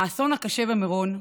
האסון הקשה במירון,